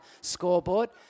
scoreboard